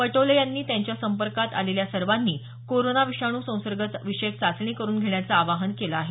पटोले यांनी त्यांच्या संपर्कात आलेल्या सर्वांनी कोरोना विषाणू संसर्ग विषयक चाचणी करुन घेण्याचं आवाहन केलं आहे